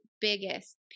biggest